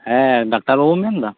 ᱦᱮᱸ ᱰᱟᱠᱛᱟᱨ ᱵᱟᱹᱵᱩᱢ ᱢᱮᱱ ᱮᱫᱟ